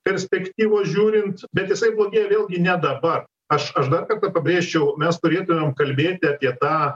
perspektyvos žiūrint bet jisai blogėja vėlgi ne dabar aš aš dar kartą pabrėžčiau mes turėtumėm kalbėti apie tą